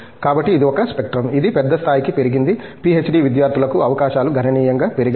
కాబట్టి ఇది ఒక స్పెక్ట్రం ఇది పెద్ద స్థాయికి పెరిగింది పీహెచ్డీ విద్యార్థులకు అవకాశాలు గణనీయంగా పెరిగాయి